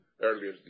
earlier